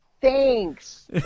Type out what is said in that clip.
thanks